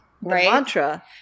Mantra